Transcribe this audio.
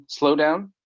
slowdown